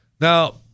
Now